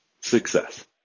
success